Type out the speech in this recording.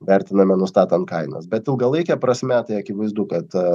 vertiname nustatant kainas bet ilgalaike prasme tai akivaizdu kad